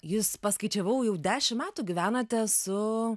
jūs paskaičiavau jau dešim metų gyvenote su